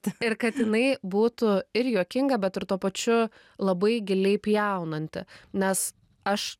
ir kad jinai būtų ir juokinga bet ir tuo pačiu labai giliai pjaunanti nes aš